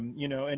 you know, and